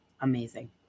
amazing